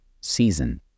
season